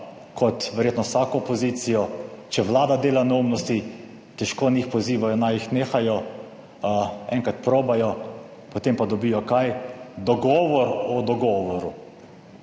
kot verjetno vsako opozicijo, če Vlada dela neumnosti, težko njih pozivajo, naj jih nehajo. Enkrat probajo, potem pa dobijo kaj? Dogovor o dogovoru.